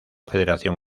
federación